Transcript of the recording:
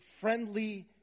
friendly